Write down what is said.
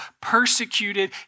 persecuted